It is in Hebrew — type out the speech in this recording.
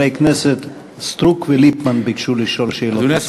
חברי הכנסת סטרוק וליפמן ביקשו לשאול שאלות את השר.